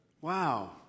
Wow